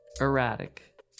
erratic